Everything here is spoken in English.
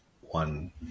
one